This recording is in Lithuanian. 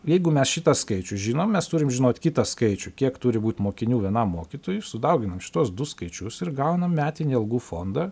jeigu mes šitą skaičių žinom mes turim žinot kitą skaičių kiek turi būt mokinių vienam mokytojui sudauginam šituos du skaičius ir gaunam metinį algų fondą